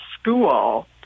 school